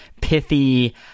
pithy